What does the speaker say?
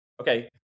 okay